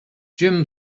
jim